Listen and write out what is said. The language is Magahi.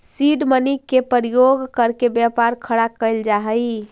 सीड मनी के प्रयोग करके व्यापार खड़ा कैल जा हई